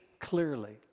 clearly